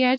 H